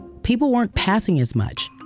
people weren't passing as much.